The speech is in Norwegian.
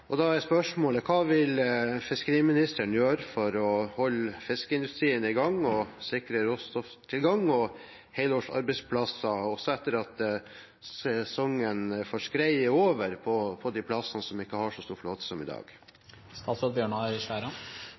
Da er spørsmålet: Hva vil fiskeriministeren gjøre for å holde fiskeindustrien i gang og sikre råstofftilgang og helårs arbeidsplasser også etter at sesongen for skrei er over de stedene som ikke har en så stor flåte som i